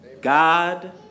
God